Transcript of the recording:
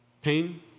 Pain